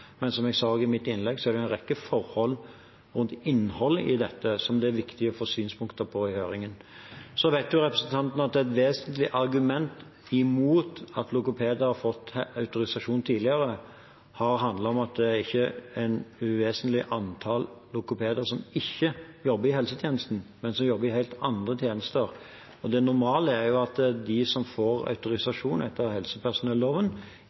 Men som jeg sa i mitt innlegg, er det en rekke forhold rundt innholdet i dette som det er viktig å få synspunkter på i høringen. Så vet representanten at et vesentlig argument mot at logopeder har fått autorisasjon tidligere, har handlet om at det er et ikke uvesentlig antall logopeder som ikke jobber i helsetjenesten, men som jobber i helt andre tjenester. Det normale er at de som får autorisasjon etter helsepersonelloven,